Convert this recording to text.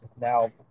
now